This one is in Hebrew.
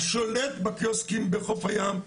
השולט בקיוסקים בחוף הים,